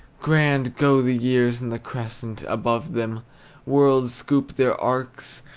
grand go the years in the crescent above them worlds scoop their arcs,